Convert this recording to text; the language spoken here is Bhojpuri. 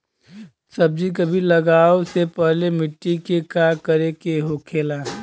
सब्जी कभी लगाओ से पहले मिट्टी के का करे के होखे ला?